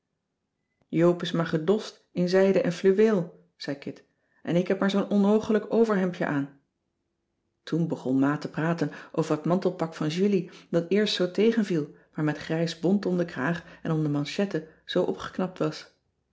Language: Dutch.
joop is maar gedost in zijde en fluweel zei kit en ik heb maar zoo'n onoogelijk overhemdje aan toen begon ma te praten over het mantelpak van julie dat eerst zoo tegenviel maar met grijs bont om den kraag en om de manchetten zoo opgeknapt was